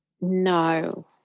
No